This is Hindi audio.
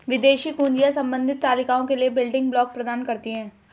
विदेशी कुंजियाँ संबंधित तालिकाओं के लिए बिल्डिंग ब्लॉक प्रदान करती हैं